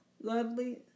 lovely